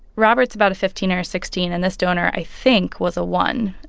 robert's about a fifteen or sixteen, and this donor, i think, was a one,